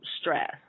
stress